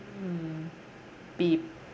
be~